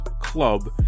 club